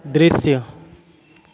दृश्य